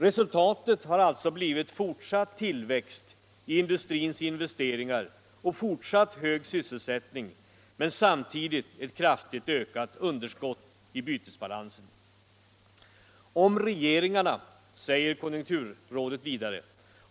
Resultatet har alltså blivit fortsatt tillväxt i industrins investeringar och fortsatt hög sysselsättning — men samtidigt ett kraftigt ökat underskott i bytesbalansen.